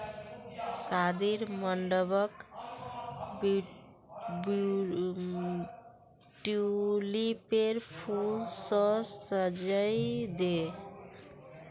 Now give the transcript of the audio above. शादीर मंडपक ट्यूलिपेर फूल स सजइ दे